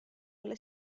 alle